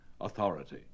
authority